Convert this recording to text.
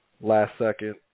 last-second